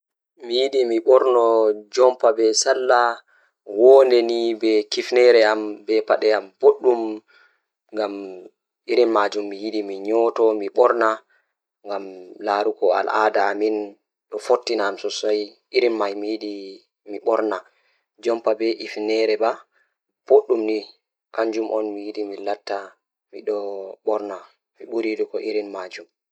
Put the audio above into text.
Mi faala mi waɗata cuɗɗi waɗi ngoodi waɗata huccitaare e hoore, ko ɗi waɗataa leydi e miɗo yiɗi. Ko waɗiima ɗi waɗata teelte e njogoto am, ɗoo waɗiima cuɗɗi maɓɓe ɗi waɗata no nduɗi heen e huutoraade ngam mi waɗata yamiraaji e nde